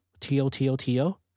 T-O-T-O-T-O